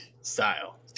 Style